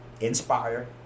inspire